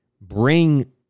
bring